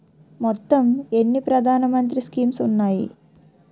మొత్తం ఎన్ని ప్రధాన మంత్రి స్కీమ్స్ ఉన్నాయి?